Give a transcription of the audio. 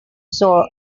sore